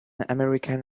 american